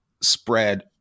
spread